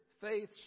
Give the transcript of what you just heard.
faith